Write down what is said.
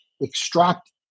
extract